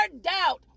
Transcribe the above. doubt